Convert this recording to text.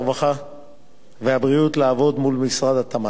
הרווחה והבריאות לעבוד מול משרד התמ"ת.